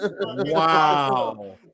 Wow